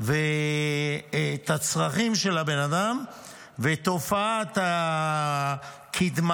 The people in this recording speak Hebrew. ואת הצרכים של הבן אדם ואת תופעת הקדמה,